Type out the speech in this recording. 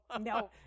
No